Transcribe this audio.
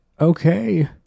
Okay